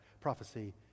prophecy